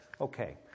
Okay